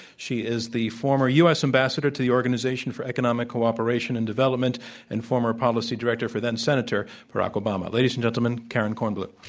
she is the former u. s. ambassador to the organization for economic cooperation and development and former policy director for then-senator barack obama. ladies and gentlemen, karen kornbluh.